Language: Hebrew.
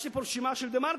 יש לי פה רשימה של "דה-מרקר".